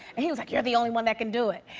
and he was like, you're the only one that can do it.